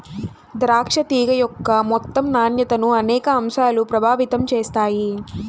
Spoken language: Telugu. ద్రాక్ష తీగ యొక్క మొత్తం నాణ్యతను అనేక అంశాలు ప్రభావితం చేస్తాయి